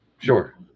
Sure